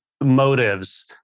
motives